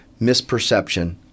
misperception